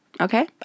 okay